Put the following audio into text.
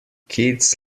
kids